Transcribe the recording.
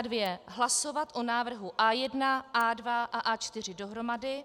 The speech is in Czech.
2. hlasovat o návrhu A1, A2 a A4 dohromady.